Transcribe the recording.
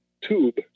tube